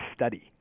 study